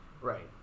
Right